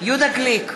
יהודה גליק,